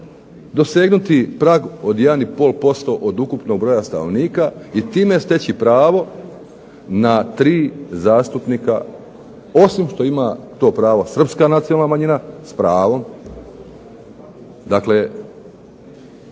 dosegnuti prag od jedan i pol posto od ukupnog broja stanovnika i time steći pravo na tri zastupnika osim što ima to pravo Srpska nacionalna manjina, s pravom. Dakle,